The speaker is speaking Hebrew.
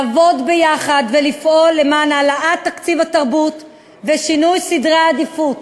לעבוד ביחד ולפעול למען העלאת תקציב התרבות ושינוי סדרי העדיפות